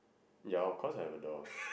ya of course have a door